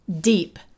deep